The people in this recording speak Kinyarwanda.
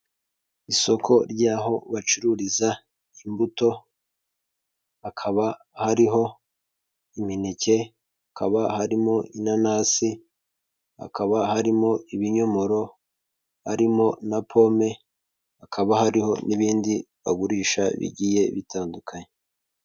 Isoko ry'aho bacururiza imbuto hakaba hariho imineke, hakaba harimo inanasi, hakaba harimo ibinyomoro, harimo na pome, hakaba hariho n'ibindi bagurisha bigiye bitandukanye.